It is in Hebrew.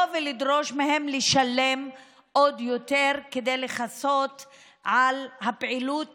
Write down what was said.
ולדרוש מהן לשלם עוד יותר כדי לכסות על הפעילות